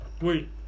Wait